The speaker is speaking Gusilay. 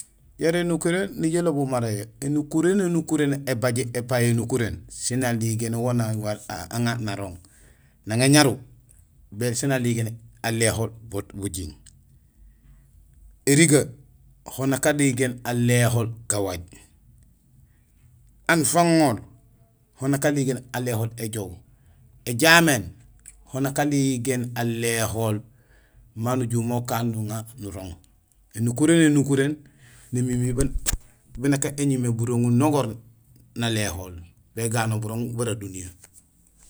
Yara énukuréén nijoow ilobul mara yo. Ēnukuréno énukuréén ébajé épayo énukuréén sén naligénool waamé naŋarr narooŋ. Nang éñaru sénaligéén aléhol boot bujing, érigee ho nak aligéén aléhol gawaaj, aan fanahol ho nak aligéén aléhol éjoow, éjaméén ho nak aligéén aléhol ma nujumé ukaan nuŋa nurooŋ. Ēnukuréno énukuréén némimi binak ébimé burooŋ nogoor naléhol béganol burooŋ bara duniya.